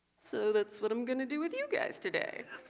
so that's what i'm going to do with you guys today.